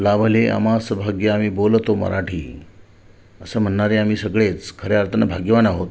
लाभले आम्हांस भाग्य आम्ही बोलतो मराठी असं म्हणणारे आम्ही सगळेच खऱ्या अर्थानं भाग्यवान आहोत